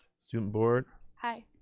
student board? aye.